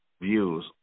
views